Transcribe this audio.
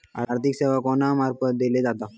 आर्थिक सेवा कोणा मार्फत दिले जातत?